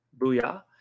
Booyah